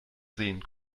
sehen